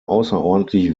außerordentlich